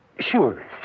Sure